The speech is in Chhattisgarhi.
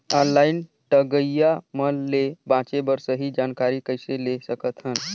ऑनलाइन ठगईया मन ले बांचें बर सही जानकारी कइसे ले सकत हन?